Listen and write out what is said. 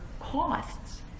costs